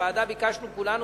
ובוועדה ביקשנו כולנו,